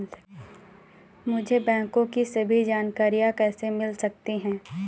मुझे बैंकों की सभी जानकारियाँ कैसे मिल सकती हैं?